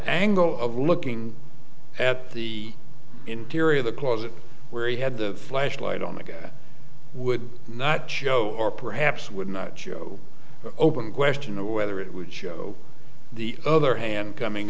angle of looking at the interior of the closet where he had the flashlight on the gun would not show or perhaps would not show open question or whether it would show the other hand coming